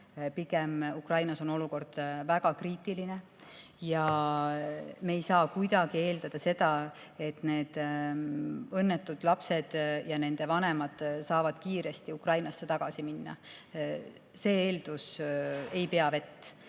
Pigem on Ukrainas olukord väga kriitiline ja me ei saa kuidagi eeldada, et need õnnetud lapsed ja nende vanemad saavad kiiresti Ukrainasse tagasi minna. See eeldus ei pea vett.